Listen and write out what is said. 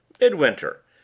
Midwinter